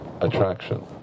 attraction